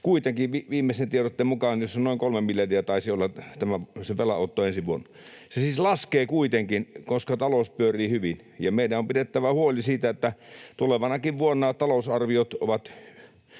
kuitenkin viimeisen tiedotteen mukaan noin 3 miljardia taisi olla se velanotto ensi vuonna. Se siis laskee kuitenkin, koska talous pyörii hyvin, ja meidän on pidettävä huoli siitä, että tulevanakin vuonna talousarviot